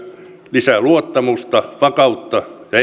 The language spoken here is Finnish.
lisää luottamusta vakautta